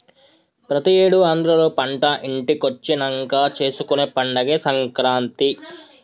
ప్రతి ఏడు ఆంధ్రాలో పంట ఇంటికొచ్చినంక చేసుకునే పండగే సంక్రాంతి